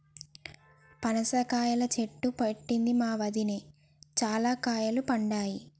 పనస కాయల చెట్టు పెట్టింది మా వదిన, చాల కాయలు పడ్డాయి